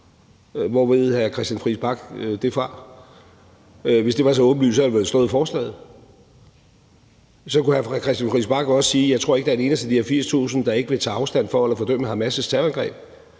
Hvor ved hr. Christian Friis Bach det fra? Hvis det var så åbenlyst, havde det vel stået i forslaget. Og så kunne hr. Christian Friis Bach også sige: Jeg tror ikke, at der er en eneste af de her 80.000, der ikke vil tage afstand fra eller fordømme Hamas' terrorangreb.